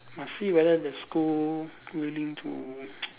must see whether the school willing to